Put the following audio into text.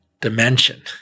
dimension